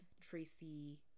Tracy